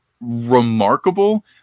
remarkable